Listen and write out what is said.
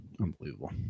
unbelievable